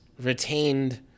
retained